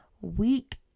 week